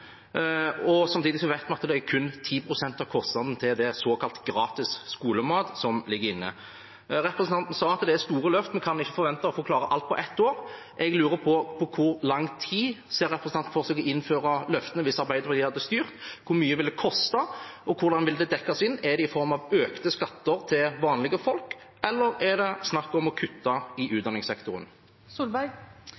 Samtidig vet vi at det kun er 10 pst. av kostnaden til såkalt gratis skolemat som ligger inne. Representanten sa at det er store løft, og man kan ikke forvente å klare alt på ett år. Jeg lurer på hvor lang tid representanten ser for seg at det vil ta å innføre løftene hvis Arbeiderpartiet hadde styrt? Hvor mye ville det koste, og hvordan vil det dekkes inn? Er det i form av økte skatter til vanlige folk, eller er det snakk om å kutte i